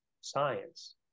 science